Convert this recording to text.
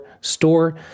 store